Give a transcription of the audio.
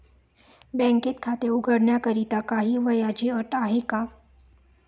बँकेत खाते उघडण्याकरिता काही वयाची अट आहे का?